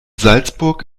salzburg